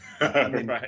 Right